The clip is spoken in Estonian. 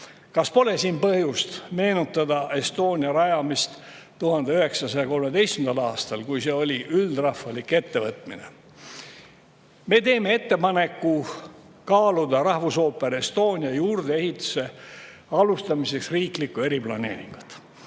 Kas pole siin põhjust meenutada Estonia rajamist 1913. aastal, kui see oli üldrahvalik ettevõtmine? Me teeme ettepaneku kaaluda Rahvusooper Estonia juurdeehituse alustamiseks riiklikku eriplaneeringut.